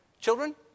Children